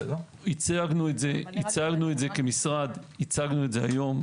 הצגנו את זה כמשרד היום,